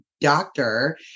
doctor